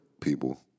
people